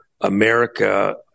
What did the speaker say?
America